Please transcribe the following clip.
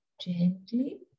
gently